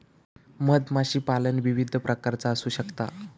मधमाशीपालन विविध प्रकारचा असू शकता